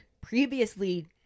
previously